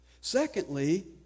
Secondly